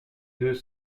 deux